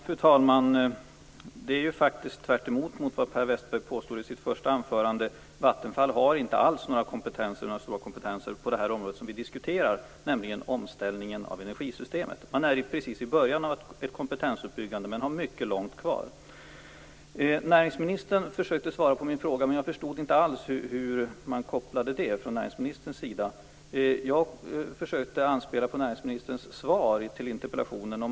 Fru talman! Det förhåller sig ju faktiskt tvärtemot vad Per Westerberg påstår i sitt första anförande. Vattenfall har inte alls några stora kompetenser på det område som vi diskuterar, nämligen omställningen av energisystemet. Man är precis i början av ett kompetensuppbyggande, men man har mycket långt kvar. Näringsministern försökte svara på min fråga, men jag förstod inte alls hur han kopplade det. Jag försökte anspela på det som gällde affärsmässigheten i näringsministerns svar på interpellationen.